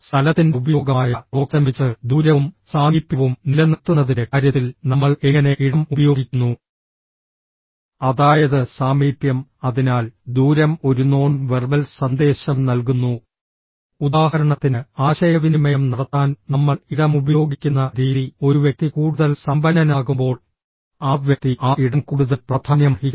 സ്ഥലത്തിൻറെ ഉപയോഗമായ പ്രോക്സെമിക്സ് ദൂരവും സാമീപ്യവും നിലനിർത്തുന്നതിൻറെ കാര്യത്തിൽ നമ്മൾ എങ്ങനെ ഇടം ഉപയോഗിക്കുന്നു അതായത് സാമീപ്യം അതിനാൽ ദൂരം ഒരു നോൺ വെർബൽ സന്ദേശം നൽകുന്നു ഉദാഹരണത്തിന് ആശയവിനിമയം നടത്താൻ നമ്മൾ ഇടം ഉപയോഗിക്കുന്ന രീതി ഒരു വ്യക്തി കൂടുതൽ സമ്പന്നനാകുമ്പോൾ ആ വ്യക്തി ആ ഇടം കൂടുതൽ പ്രാധാന്യമർഹിക്കുന്നു